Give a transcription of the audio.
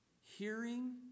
Hearing